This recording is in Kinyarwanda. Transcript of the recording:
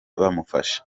bamufasha